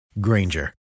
Granger